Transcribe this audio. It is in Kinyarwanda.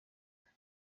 cane